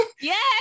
Yes